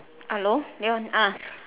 hello ya ah